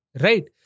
Right